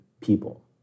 people